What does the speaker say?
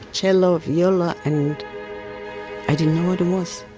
cello, viola, and i didn't know what it was.